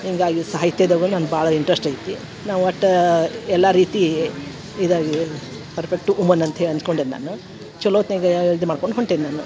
ಹಿಂಗಾಗಿ ಸಾಹಿತ್ಯದಾಗೂ ನಂಗೆ ಭಾಳ ಇಂಟ್ರೆಶ್ಟ್ ಐತಿ ನಾ ಒಟ್ಟು ಎಲ್ಲ ರೀತಿ ಇದಾಗಿ ಪರ್ಪೆಕ್ಟು ಉಮನ್ ಅಂತ್ಹೇಳಿ ಅನ್ಕೊಂಡೇನೆ ನಾನು ಚಲೋ ಹೊತ್ನಾಗ ಇದು ಮಾಡ್ಕೊಂಡು ಹೊಂಟೆನೆ ನಾನು